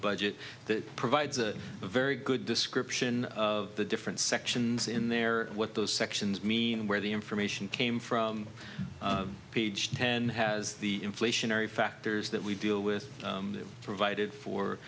budget that provides a very good description of the different sections in there what those sections mean where the information came from page ten has the inflationary factors that we deal with provided for